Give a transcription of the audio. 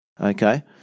Okay